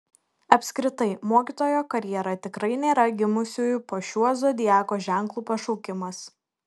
apskritai mokytojo karjera tikrai nėra gimusiųjų po šiuo zodiako ženklu pašaukimas